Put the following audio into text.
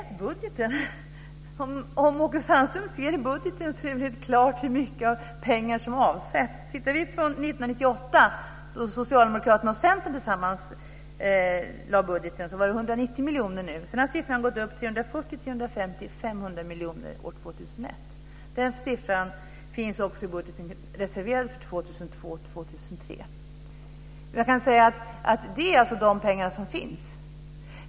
Fru talman! Läs budgeten! Om Åke Sandström läser budgeten framgår det ju helt klart hur mycket pengar som avsätts. År 1998, när Socialdemokraterna och Centern tillsammans lade fast budgeten, var det 190 miljoner. Sedan har siffran gått upp till 340, 350 och är 500 miljoner år 2001. Det beloppet är också reserverat i budgeten för 2002-2003. Det är alltså de pengar som finns.